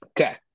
Okay